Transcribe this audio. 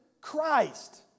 Christ